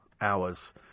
hours